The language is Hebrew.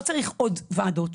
לא צריך עוד וועדות,